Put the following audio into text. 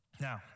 Now